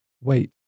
Wait